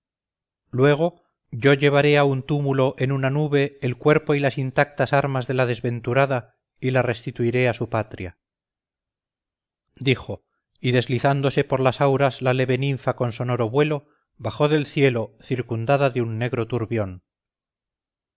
luego yo llevaré a un túmulo en una nube el cuerpo y las intactas armas de la desventurada y la restituiré a su patria dijo y deslizándose por las auras la leve ninfa con sonoro vuelo bajó del cielo circundada de un negro turbión